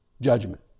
judgment